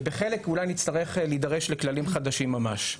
ובחלק אולי נצטרך להידרש לכללים חדשים ממש.